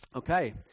Okay